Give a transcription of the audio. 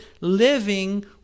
living